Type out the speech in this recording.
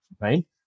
right